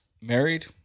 married